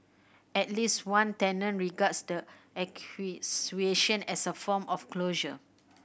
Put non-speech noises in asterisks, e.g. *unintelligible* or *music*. at least one tenant regards the *unintelligible* as a form of closure